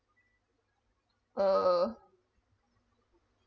uh